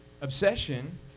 obsession